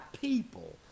people